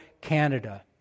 Canada